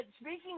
speaking